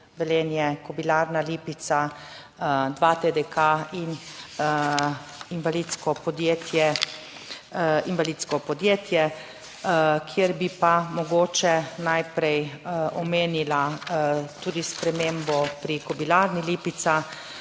Velenje, Kobilarna Lipica, 2TDK in invalidsko podjetje, kjer bi pa mogoče najprej omenila tudi spremembo pri Kobilarni Lipica.